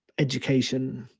education,